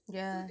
yeah